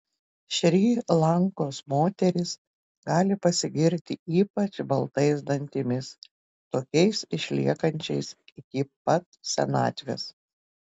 šri lankos moterys gali pasigirti ypač baltais dantimis tokiais išliekančiais iki pat senatvės